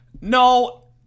No